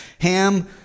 Ham